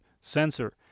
sensor